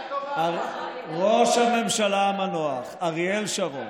ראש הממשלה המנוח אריאל שרון,